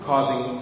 Causing